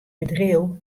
bedriuw